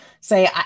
say